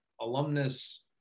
alumnus